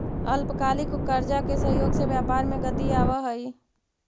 अल्पकालिक कर्जा के सहयोग से व्यापार में गति आवऽ हई